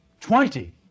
twenty